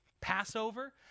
Passover